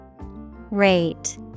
Rate